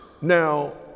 Now